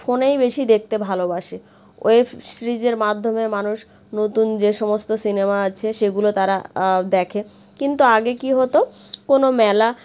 ফোনেই বেশি দেখতে ভালোবাসে ওয়েব সিরিজের মাধ্যমে মানুষ নতুন যে সমস্ত সিনেমা আছে সেগুলো তারা দেখে কিন্তু আগে কি হতো কোনো মেলা